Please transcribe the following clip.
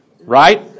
right